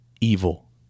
evil